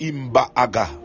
Imbaaga